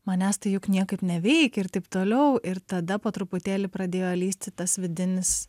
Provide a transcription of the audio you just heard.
manęs tai juk niekaip neveikia ir taip toliau ir tada po truputėlį pradėjo lįsti tas vidinis